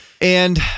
and-